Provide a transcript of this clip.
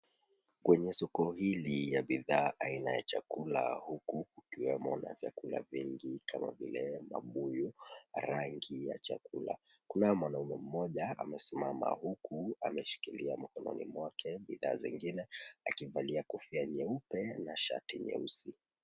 Kwenye soko hili ya bidhaa aina ya chakula huku ikiwemo na vyakula vingi kama vile mabuyu, rangi ya chakula. Kunaye mwanamume mmoja amesimama huku ameshikilia mikononi mwake bidhaa zingine, akivalia kofia nyeupe na shati nyeusi.